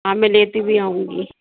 ہاں میں لیتی بھی آؤں گی